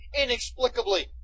inexplicably